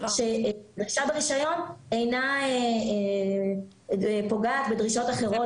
שהדרישה לרישיון אינה פוגעת בדרישות אחרות